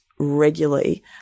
regularly